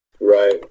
Right